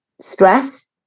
stress